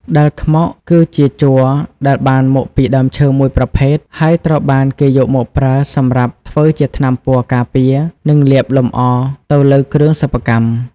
ដែលខ្មុកគឺជាជ័រដែលបានមកពីដើមឈើមួយប្រភេទ ហើយត្រូវបានគេយកមកប្រើសម្រាប់ធ្វើជាថ្នាំពណ៌ការពារ និងលាបលម្អទៅលើគ្រឿងសិប្បកម្ម។